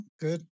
good